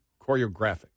Choreographic